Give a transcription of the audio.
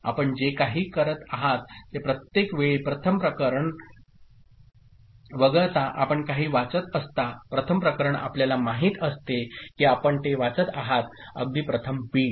आपण जे काही करत आहात ते प्रत्येक वेळी प्रथम प्रकरण वगळता आपण काही वाचत असता प्रथम प्रकरण आपल्याला माहित असते की आपण ते वाचत आहात अगदी प्रथम बीट